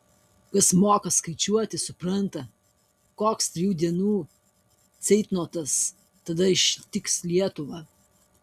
kas moka skaičiuoti supranta koks trijų dienų ceitnotas tada ištiks lietuvą